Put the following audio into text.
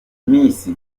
miss